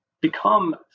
become